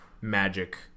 magic